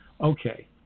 okay